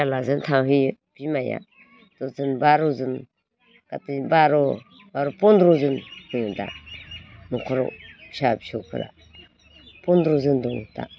फिसाज्लाजों थाहैयो बिमाया दस जोन बार' जोन गासै बार' बार' फनद्र जोन जोङो दा नख'राव फिसा फिसौफ्रा फन्द्र जोन दङ दा